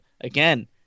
again